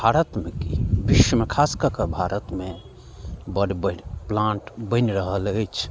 भारतमे कि विश्वमे खास ककऽ भारतमे बड्ड बढ़ि प्लान्ट बनि रहल अछि